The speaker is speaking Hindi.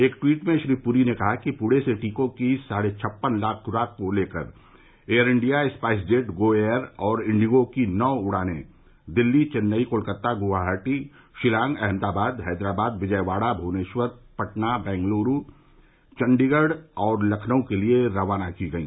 एक ट्वीट में श्री पुरी ने कहा कि पुणे से टीकों की साढ़े छप्पन लाख खुराक को लेकर Air India SpiceJet Go Air और इंडिगो की नौ उड़ानें दिल्ली चेन्नई कोलकाता ग्वाहाटी शिलांग अहमदाबाद हैदराबाद विजयवाड़ा भ्वनेश्वर पटना बेंगलुरू लखनऊ और चंडीगढ़ के लिए रवाना की गई